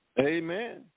Amen